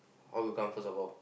how you come first of all